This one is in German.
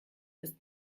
ist